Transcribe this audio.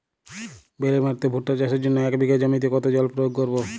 বেলে মাটিতে ভুট্টা চাষের জন্য এক বিঘা জমিতে কতো জল প্রয়োগ করব?